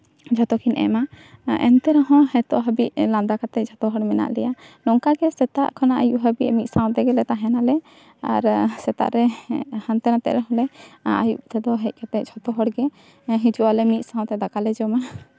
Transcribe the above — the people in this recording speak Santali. ᱡᱷᱚᱛᱚ ᱠᱤᱱ ᱮᱢᱟ ᱮᱱᱛᱮ ᱨᱮᱦᱚᱸ ᱱᱤᱛᱚᱜ ᱦᱟᱹᱵᱤᱡ ᱞᱟᱸᱫᱟ ᱠᱟᱛᱮ ᱡᱷᱚᱛᱚ ᱦᱚᱲ ᱢᱮᱱᱟᱜ ᱞᱮᱭᱟ ᱚᱱᱠᱟ ᱜᱮ ᱥᱮᱛᱟᱜ ᱠᱷᱚᱱᱟᱜ ᱟᱹᱭᱩᱵ ᱦᱟᱹᱵᱤᱡ ᱢᱤᱫ ᱥᱟᱶ ᱛᱮᱜᱮᱞᱮ ᱛᱟᱦᱮᱸ ᱱᱟᱞᱮ ᱟᱨ ᱥᱮᱛᱟᱜ ᱨᱮ ᱦᱟᱱᱛᱮ ᱱᱷᱟᱛᱮᱜ ᱨᱮᱦᱚᱸ ᱞᱮ ᱟᱹᱭᱩᱵ ᱛᱮᱫᱚ ᱦᱮᱡ ᱠᱟᱛᱮ ᱡᱷᱚᱛᱚ ᱦᱚᱲᱜᱮ ᱦᱤᱡᱩᱜ ᱟᱞᱮ ᱢᱤᱫ ᱥᱟᱶᱛᱮ ᱫᱟᱠᱟᱞᱮ ᱡᱚᱢᱟ